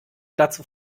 dazu